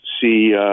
see